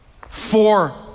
Four